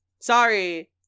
Sorry